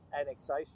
annexation